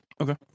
Okay